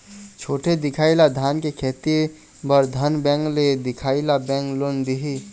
छोटे दिखाही ला धान के खेती बर धन बैंक ले दिखाही ला बैंक लोन दिही?